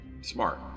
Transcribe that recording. Smart